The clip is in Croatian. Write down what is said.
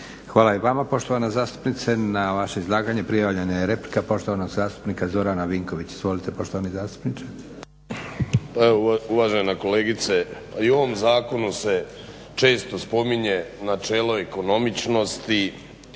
Hvala i vama poštovana zastupnice. Na vaše izlaganje prijavljena je replika poštovanog zastupnika Zorana Vinkovića. Izvalite poštovani zastupniče. **Vinković, Zoran (HDSSB)** Uvažena kolegice, i u ovom zakonu se često spominje načelo ekonomičnosti,